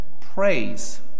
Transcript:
praise